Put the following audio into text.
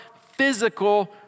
physical